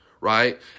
Right